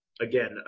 again